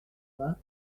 vingts